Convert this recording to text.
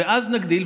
אז נגדיל.